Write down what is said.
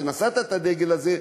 שנשאת את הדגל הזה,